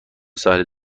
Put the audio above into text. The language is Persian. ساحل